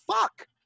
fuck